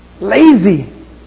lazy